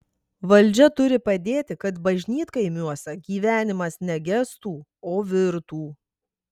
valdžia turi padėti kad bažnytkaimiuose gyvenimas ne gestų o virtų